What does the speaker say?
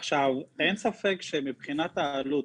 אין ספק שמבחינת העלות,